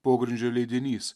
pogrindžio leidinys